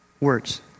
words